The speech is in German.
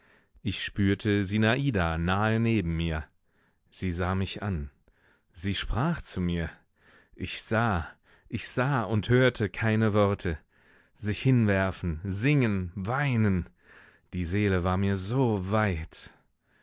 ich spürte sinada nahe neben mir sie sah mich an sie sprach zu mir ich sah ich sah und hörte keine worte sich hinwerfen singen weinen die seele war mir so weit